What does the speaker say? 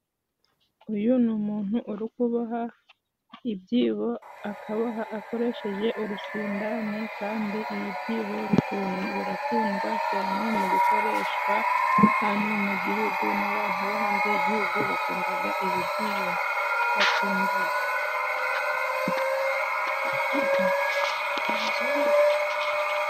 Uyu ni umuntu uri kuboha ibyibo. Akaboha akoresheje urusindano. Kandi ibi byibo birakundwa hano mu Gihugu, n'abantu bo hanze y'Igihugu bakunda ibi byibo.